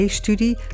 studie